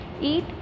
Eat